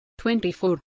24